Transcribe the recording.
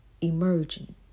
emerging